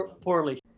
Poorly